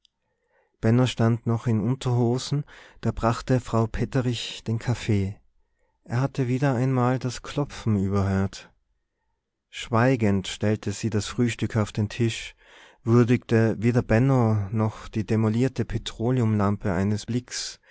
benno stand noch in unterhosen da brachte frau petterich den kaffee er hatte wieder einmal das klopfen überhört schweigend stellte sie das frühstück auf den tisch würdigte weder benno noch die demolierte petroleumlampe eines blicks